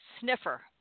sniffer